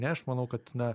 ne aš manau kad na